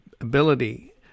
ability